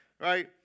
Right